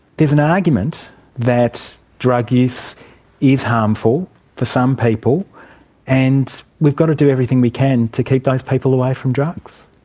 there's an argument that drug use is harmful for some people and we've got to do everything we can to keep those people away from drugs.